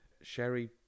Sherry